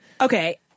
Okay